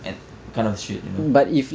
and kind of shit you know